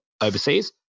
overseas